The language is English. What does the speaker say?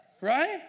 Right